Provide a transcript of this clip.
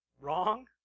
wrong